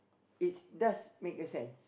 is does make a sense